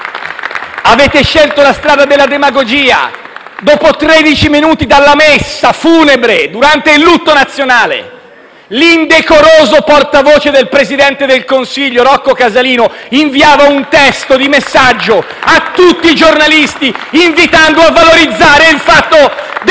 Avete scelto la strada della demagogia. Dopo tredici minuti dalla messa funebre, durante il lutto nazionale, l'indecoroso portavoce del Presidente del Consiglio dei ministri, Rocco Casalino, inviava un testo a tutti i giornalisti, invitando a valorizzare i fischi